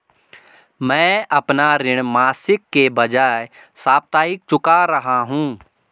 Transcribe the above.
मैं अपना ऋण मासिक के बजाय साप्ताहिक चुका रहा हूँ